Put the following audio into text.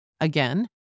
Again